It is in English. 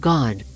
God